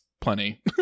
plenty